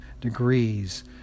degrees